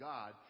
God